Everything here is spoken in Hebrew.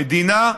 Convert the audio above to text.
המדינה,